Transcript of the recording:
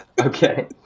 Okay